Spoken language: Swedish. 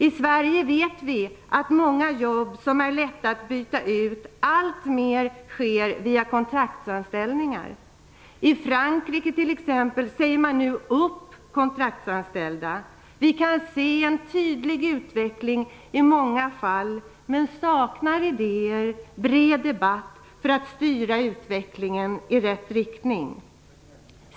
I Sverige vet vi att många jobb som är lätta att byta ut alltmer är kontraktsanställningar. I Frankrike t.ex. säger man nu upp kontraktsanställda. Vi kan se en tydlig utveckling i många fall men saknar idéer och bred debatt för att styra utvecklingen i rätt riktning.